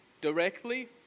directly